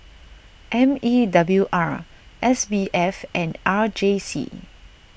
M E W R S B F and R J C